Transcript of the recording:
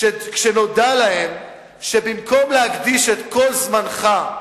כשנודע להם שבמקום להקדיש את כל זמנך,